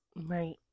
Right